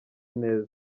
neza